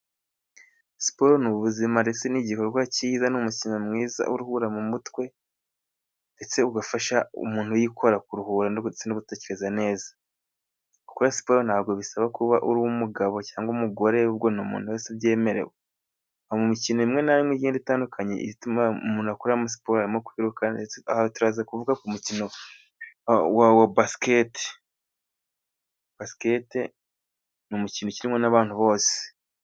Siporo ni ubuzima ndetse n'igikorwa cyiza ni' umukino mwiza uruhura mu mutwe ndetse ugafasha umuntu uyikora kuruhura no gutekereza neza. Gukora siporo ntabwo bisaba kuba uri umugabo cyangwa umugore ahubwo ni umuntu wese abyemerewe. Mu mikino imwe nimwe igiye itandukanye ituma umuntu akoramo siporo harimo kwiruka, aho turaza kuvuga ku mukino wa wa basikete. Basikete ni umukino ukinwa n'abantu bose.